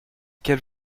quelle